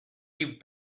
you